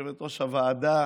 יושבת-ראש הוועדה